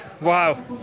Wow